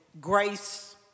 grace